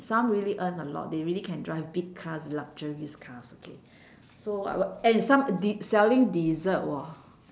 some really earn a lot they really can drive big cars luxurious cars okay so w~ w~ and some de~ selling dessert [wor]